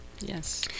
Yes